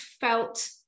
felt